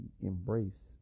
embrace